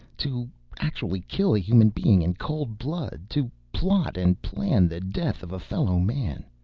to actually kill a human being in cold blood to plot and plan the death of a fellow man.